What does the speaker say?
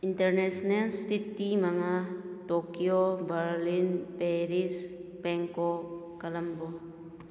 international city ꯃꯉꯥ Tokyo Berlin Paris Bangkok Colombo